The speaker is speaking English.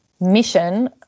mission